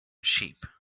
sheep